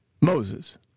Moses